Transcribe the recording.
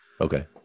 okay